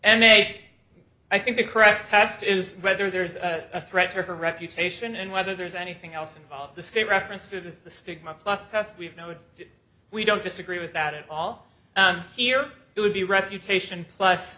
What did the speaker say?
bit i think the correct test is whether there is a threat to her reputation and whether there's anything else involved the state reference to the stigma plus test we've noted we don't disagree with that at all here it would be refutation plus